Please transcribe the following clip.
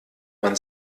man